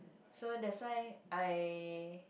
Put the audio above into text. so that's why I